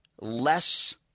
less